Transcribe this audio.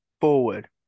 forward